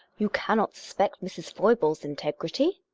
you cannot suspect mrs. foible's integrity.